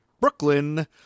Brooklyn